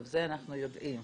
טוב, זה אנחנו יודעים.